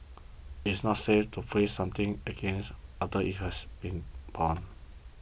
it is not safe to freeze something again after it has been thawed